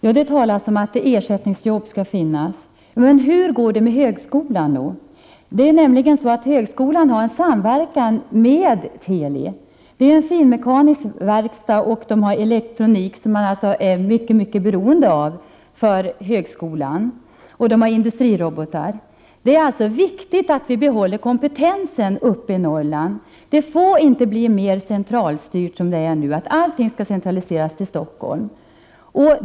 Herr talman! Det har talats om ersättningsjobb. Men hur går det med högskolan? Högskolan har nämligen samverkan med Teli. Det är en finmekanisk verkstad med elektronik som är beroende av högskolan, och där finns också industrirobotar. Det är alltså viktigt att vi behåller kompetensen uppe i Norrland. Det får inte bli mer centralstyrt än det är nu. Skall allting centraliseras till Stockholm?